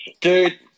Dude